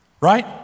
right